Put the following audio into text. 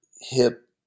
hip